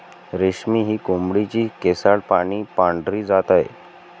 रेशमी ही कोंबडीची केसाळ आणि पांढरी जात आहे